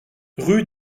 rue